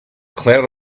cloud